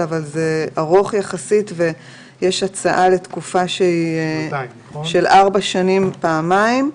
אבל זה ארוך יחסית ויש הצעה לתקופה של ארבע שנים פעמים,